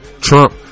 Trump